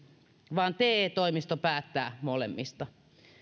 vaan te toimisto päättää molemmista